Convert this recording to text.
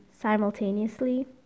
simultaneously